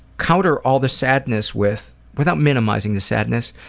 counter all the sadness with, without minimizing the sadness,